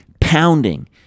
pounding